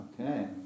Okay